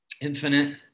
infinite